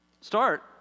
Start